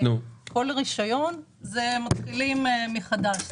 כל רישיון מתחילים מחדש.